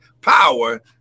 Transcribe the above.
power